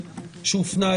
את האחוז הזה,